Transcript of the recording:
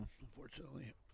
unfortunately